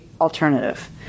alternative